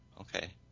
Okay